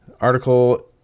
Article